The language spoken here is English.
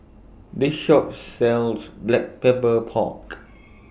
This Shop sells Black Pepper Pork